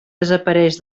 desapareix